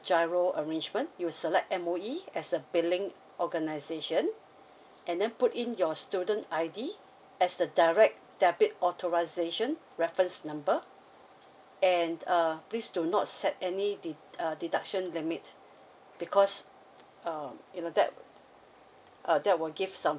G_I_R_O arrangement you select M_O_E as the billing organisation and then put in your student I_D as the direct debit authorisation reference number and uh please do not set any de~ uh deduction limit because uh you know that uh that will give some